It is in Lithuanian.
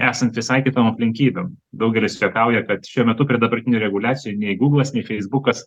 esant visai kitom aplinkybėm daugelis juokauja kad šiuo metu prie dabartinių reguliacijų nei guglas feisbukas